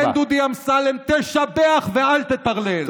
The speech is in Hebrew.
כן, דודי אמסלם, תשבח ואל תטרלל.